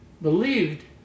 Believed